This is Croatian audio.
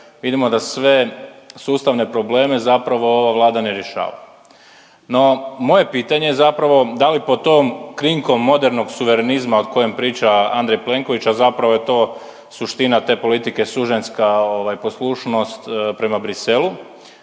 vidimo da sve sustavne probleme zapravo ova Vlada ne rješava. No, moje pitanje je zapravo da li pod tom krinkom modernog suverenizma o kojem priča Andrej Plenković, a zapravo je to suština te politike sužanjska poslušnost prema Bruxellesu,